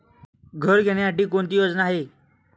घर घेण्यासाठी कोणती योजना आहे?